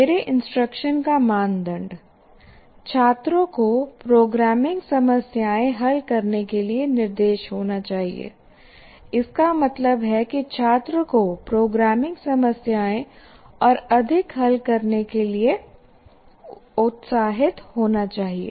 मेरे इंस्ट्रक्शन का मानदंड छात्रों को प्रोग्रामिंग समस्याएं हल करने के लिए निर्देश होना चाहिए इसका मतलब है कि छात्र को प्रोग्रामिंग समस्याएं और अधिक हल करने के लिए उत्साहित होना चाहिए